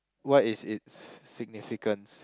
what is its significance